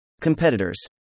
Competitors